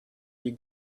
you